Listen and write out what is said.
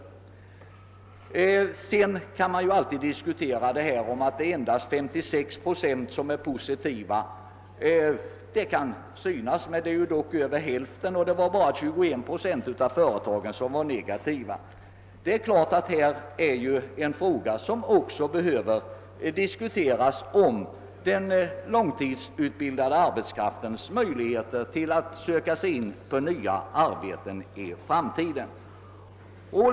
Vidare kan man ju alltid diskutera uppgiften att endast 56 procent är positivt inställda i detta sammanhang. Det är dock över hälften. Det är dessutom att märka att bara 21 procent av företagen var negativt inställda. En fråga som också behöver diskuteras är ju den långtidsutbildade arbetskraftens möjligheter att söka sig in på nya arbeten i framtiden.